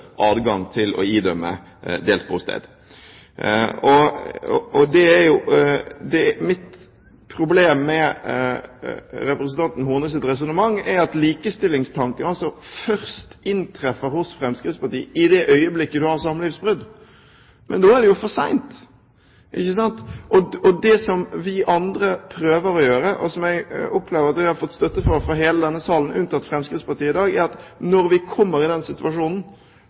adgang til å idømme delt bosted. Problemet med representanten Hornes resonnement er at likestillingstanken hos Fremskrittspartiet først inntreffer i det øyeblikket man har et samlivsbrudd. Men da er det jo for sent, ikke sant? Det vi andre prøver å gjøre, og som jeg opplever at vi har fått støtte for fra hele denne salen, unntatt fra Fremskrittspartiet i dag, er at når man kommer i den situasjonen,